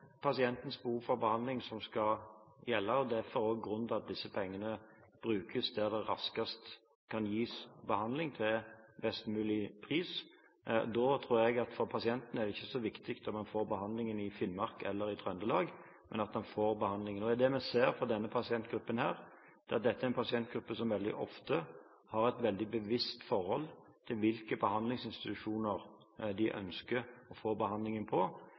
grunnen til at disse pengene brukes der det raskest kan gis behandling til best mulig pris. Jeg tror at for pasienten er det ikke så viktig om han får behandling i Finnmark eller i Trøndelag, men at han får behandlingen. Det vi ser, er at dette er en pasientgruppe som veldig ofte har et veldig bevisst forhold til hvilke behandlingsinstitusjoner de ønsker å få behandling ved. Det er et bevisst forhold, som veldig sjelden handler om hvor institusjonene geografisk er plassert, men mer etter hvilken metode som blir brukt i behandlingen.